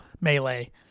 melee